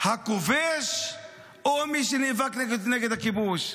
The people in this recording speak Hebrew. הכובש או מי שנאבק נגד הכיבוש?